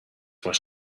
was